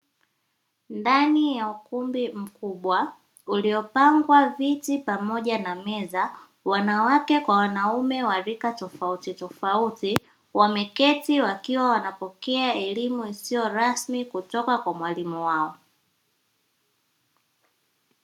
Ndani ya ukumbi mkubwa uliopangwa viti pamoja na meza, wanawake kwa wanaume wa rika tofauti tofauti, wameketi wakiwa wanapokea elimu isiyo rasmi kutoka kwa mwalimu wao.